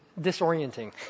disorienting